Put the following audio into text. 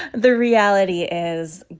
the reality is,